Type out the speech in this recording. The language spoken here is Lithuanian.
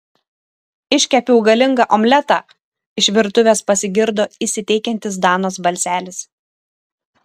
iškepiau galingą omletą iš virtuvės pasigirdo įsiteikiantis danos balselis